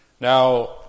Now